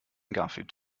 garfield